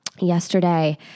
Yesterday